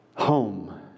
home